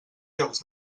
llocs